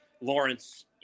Lawrence